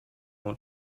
want